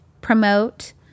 promote